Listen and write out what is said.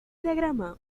diagrama